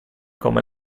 come